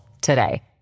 today